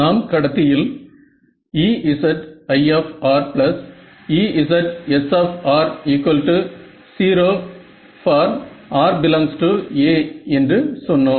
நாம் கடத்தியில் EziEzs0 for rAஎன்று சொன்னோம்